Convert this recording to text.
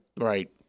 Right